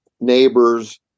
neighbors